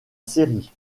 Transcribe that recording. série